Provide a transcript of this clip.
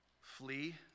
flee